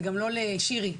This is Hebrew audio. ושירי,